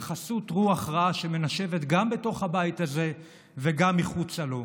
בחסות רוח רעה שמנשבת גם בתוך הבית הזה וגם מחוצה לו.